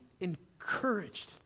encouraged